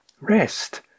Rest